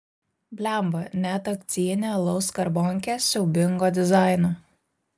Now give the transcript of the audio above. blemba net akcijinė alaus skarbonkė siaubingo dizaino